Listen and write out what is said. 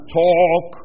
talk